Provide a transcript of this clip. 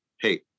hey